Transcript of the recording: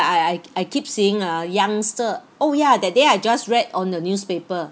I I I keep seeing uh youngster oh ya that day I just read on the newspaper